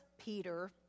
Peter